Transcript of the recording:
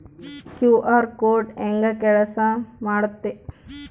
QR code ಹೆಂಗ ಕೆಲಸ ಮಾಡುತ್ತೆ?